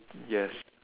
yes